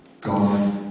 God